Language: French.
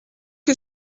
que